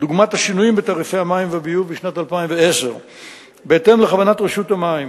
דוגמת השינויים בתעריפי המים והביוב בשנת 2010. בהתאם לכוונת רשות המים,